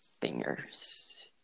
Fingers